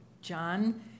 John